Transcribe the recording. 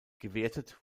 gewertet